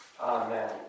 Amen